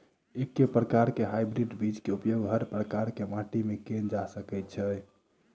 एके प्रकार केँ हाइब्रिड बीज केँ उपयोग हर प्रकार केँ माटि मे कैल जा सकय छै?